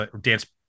dance